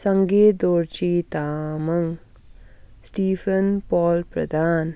सङ्गे Dorji Tamang Stephen Paul प्रधान